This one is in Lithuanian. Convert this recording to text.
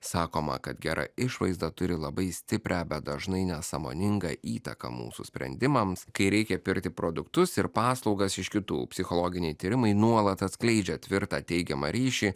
sakoma kad gera išvaizda turi labai stiprią bet dažnai nesąmoningą įtaką mūsų sprendimams kai reikia pirkti produktus ir paslaugas iš kitų psichologiniai tyrimai nuolat atskleidžia tvirtą teigiamą ryšį